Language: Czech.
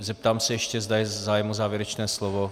Zeptám se ještě, zda je zájem o závěrečné slovo.